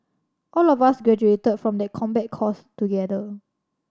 all of us graduated from that combat course together